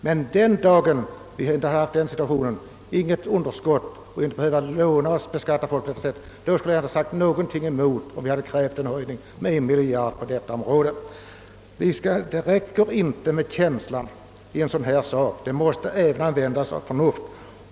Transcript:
Den dag däremot då vi inte har denna situation, då vi inte har något underskott, inte behöver låna och inte heller beskatta folk på detta sätt, då har jag ingenting emot att man kräver en höjning med 1 miljard kronor på detta område. Det räcker inte med känsla i en fråga som denna, vi måste även använda vårt förnuft.